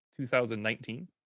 2019